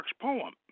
poem